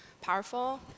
powerful